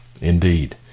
Indeed